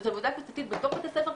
וזו עבודה קבוצתית בתוך בית הספר.